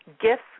Gifts